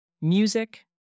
Music